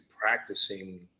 practicing